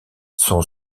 sont